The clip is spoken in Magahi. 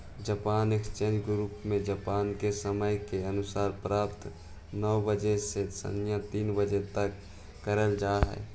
जापान एक्सचेंज ग्रुप जापान के समय के अनुसार प्रातः नौ बजे से सायं तीन बजे तक कार्य करऽ हइ